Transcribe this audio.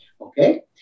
Okay